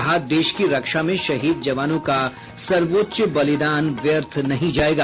कहा देश की रक्षा में शहीद जवानों का सर्वोच्च बलिदान व्यर्थ नहीं जायेगा